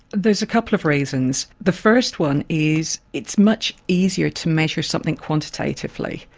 there's a couple of reasons. the first one is it's much easier to measure something quantitatively.